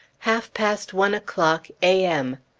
half-past one o'clock, a m.